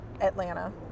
Atlanta